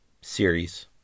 series